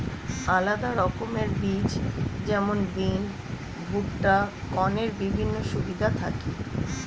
আলাদা রকমের বীজ যেমন বিন, ভুট্টা, কর্নের বিভিন্ন সুবিধা থাকি